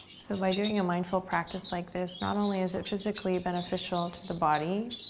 so by doing a mindful practice like this, not only is it physically beneficial to the body,